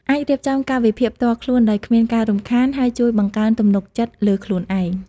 អាច រៀបចំកាលវិភាគផ្ទាល់ខ្លួន ដោយគ្មានការរំខាន ហើយជួយ បង្កើនទំនុកចិត្តលើខ្លួនឯង។